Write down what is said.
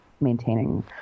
maintaining